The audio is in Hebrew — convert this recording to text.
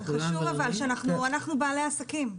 כן, כן, חשוב אבל, אנחנו בעלי עסקים.